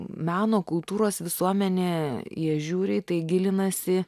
meno kultūros visuomenė jie žiūri į tai gilinasi